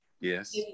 Yes